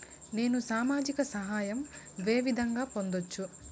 నేను సామాజిక సహాయం వే విధంగా పొందొచ్చు?